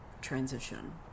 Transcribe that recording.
transition